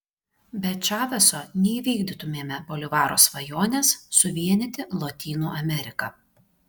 be čaveso neįvykdytumėme bolivaro svajonės suvienyti lotynų ameriką